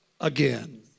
again